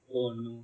oh no